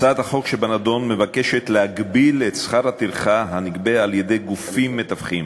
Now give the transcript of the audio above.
הצעת החוק שבנדון מבקשת להגביל את שכר הטרחה הנגבה על-ידי גופים מתווכים